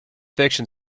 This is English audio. fiction